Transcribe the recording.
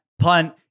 punt